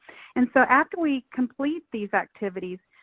and so after we complete these activities,